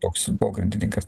toks pogrindininkas